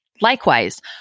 Likewise